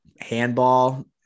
handball